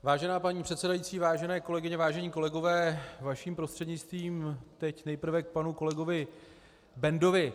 Vážená paní předsedající, vážené kolegyně, vážení kolegové, vaším prostřednictvím teď nejprve k panu kolegovi Bendovi.